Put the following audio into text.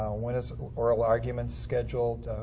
when is oral arguments scheduled,